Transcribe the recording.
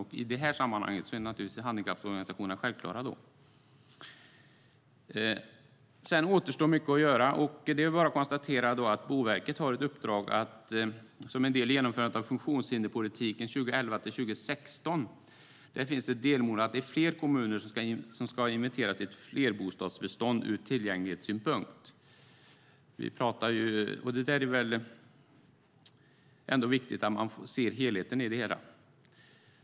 Och i det här sammanhanget är naturligtvis handikapporganisationerna självklara. Det återstår mycket att göra. Det är bara att konstatera att Boverket har ett uppdrag som en del av genomförandet av funktionshinderspolitiken 2011-2016. Där finns det ett delmål om att fler kommuner ska inventera sitt flerbostadsbestånd ur tillgänglighetssynpunkt. Det är ändå viktigt att man ser helheten i det hela.